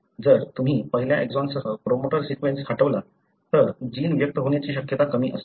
जर तुम्ही पहिल्या एक्सॉनसह प्रोमोटर सीक्वेन्स हटवला तर जीन व्यक्त होण्याची शक्यता कमी असते